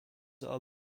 are